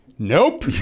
nope